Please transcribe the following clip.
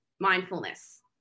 mindfulness